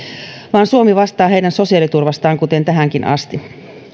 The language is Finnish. vaan suomi vastaa heidän sosiaaliturvastaan kuten tähänkin asti